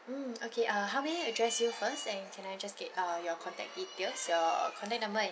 mm okay err how may I address you first and can I just get err your contact details your contact number and